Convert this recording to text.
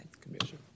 Commission